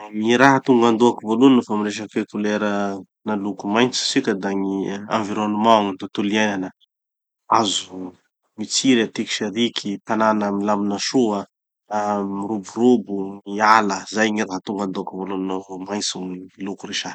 Gny raha tonga andohako voalohany nofax miresaky hoe couleur na loko maintso tsika da gny environnement, gny tontolo iainana. Hazo mitsiry atiky sy ariky, tanana milamina soa, ah miroborobo ny ala. Zay gny raha tonga andohako voalohany novo maintso gny loko resaha.